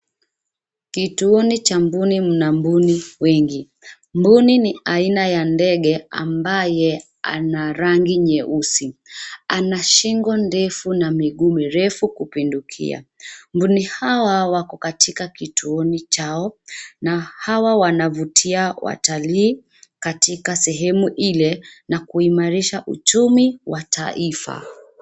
Kituoni cha mbuni, mna mbuni wengi. Mbuni ni aina ya ndege ambaye ana rangi nyeusi. Ana shingo ndefu na miguu mirefu kupindukia. Mbuni hawa wako katika kituoni chao na hawa wanavutia watalii katika sehemu ile na kuimarisha uchumi wa taifa.